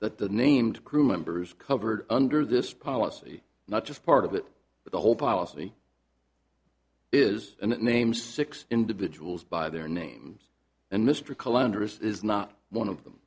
that the named crew members covered under this policy not just part of it but the whole policy is and it names six individuals by their names and mr callender is not one of them